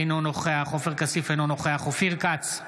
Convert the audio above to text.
אינו נוכח עופר כסיף, אינו נוכח אופיר כץ,